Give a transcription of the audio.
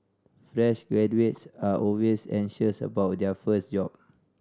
fresh graduates are always anxious about their first job